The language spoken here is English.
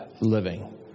living